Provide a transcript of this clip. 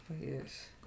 Yes